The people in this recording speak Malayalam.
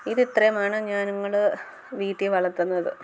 ഇത് ഇത്രയുമാണ് ഞങ്ങൾ വീട്ടിൽ വളർത്തുന്നത്